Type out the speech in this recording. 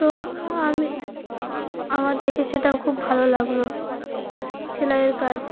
তো আমি আমার দেখে সেটাও খুব ভালো লাগলো সেলাইয়ের কাজ